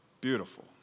Beautiful